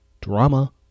drama